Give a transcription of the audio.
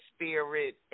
spirit